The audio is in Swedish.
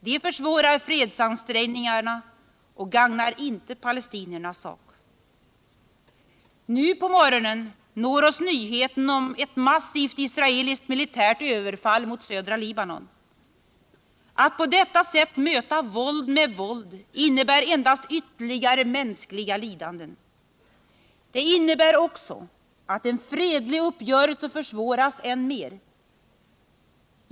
De försvårar fredsansträngningarna och gagnar inte palestiniernas sak. Nu på morgonen når oss nyheten om ett massivt israeliskt militärt överfall mot södra Libanon. Att på detta sätt möta våld med våld innebär endast ytterligare mänskliga lidanden. Det innebär också att en fredlig uppgörelse försvåras än mer.